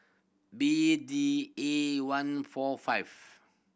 B D A one four five